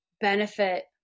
benefit